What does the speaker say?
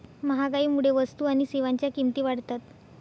महागाईमुळे वस्तू आणि सेवांच्या किमती वाढतात